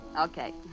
Okay